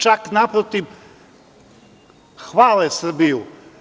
Čak naprotiv, hvale Srbiju.